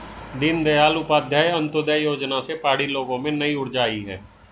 दीनदयाल उपाध्याय अंत्योदय योजना से पहाड़ी लोगों में नई ऊर्जा आई है